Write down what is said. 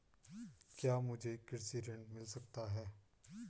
क्या मुझे कृषि ऋण मिल सकता है?